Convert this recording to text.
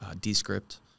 descript